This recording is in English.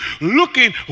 looking